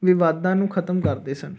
ਵਿਵਾਦਾਂ ਨੂੰ ਖ਼ਤਮ ਕਰਦੇ ਸਨ